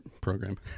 program